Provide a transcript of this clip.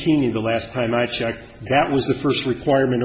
in the last time i checked that was the first requirement